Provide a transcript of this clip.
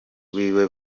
wiwe